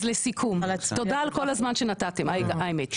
אז לסיכום, תודה על כל הזמן שנתתם האמת.